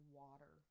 water